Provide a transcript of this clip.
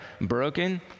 broken